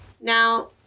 Now